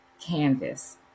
Canvas